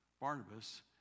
Barnabas